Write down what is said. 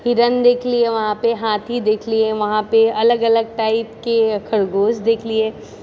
हिरन देखलिए वहाँ पे हाथी देखलिए वहाँ पे अलग अलग टाइपकेँ खरगोश देखलिए